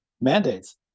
mandates